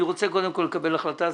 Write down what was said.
אני רוצה קודם כל לקבל החלטה.